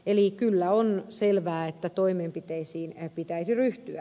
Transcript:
eli kyllä on selvää että toimenpiteisiin pitäisi ryhtyä